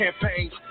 campaigns